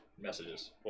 Messages